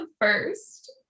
first